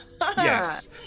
Yes